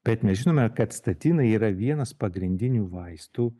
bet mes žinome kad statinai yra vienas pagrindinių vaistų